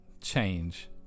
change